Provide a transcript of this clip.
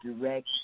direct